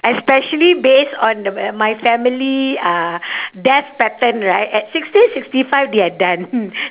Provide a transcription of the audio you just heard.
especially based on the my family uh death pattern right at sixty sixty five they are done